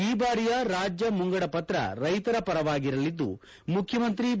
ಈ ಬಾರಿಯ ರಾಜ್ಯ ಮುಂಗಡಪತ್ರ ರೈತರ ಪರವಾಗಿ ಇರಲಿದ್ದು ಮುಖ್ಯಮಂತ್ರಿ ಬಿ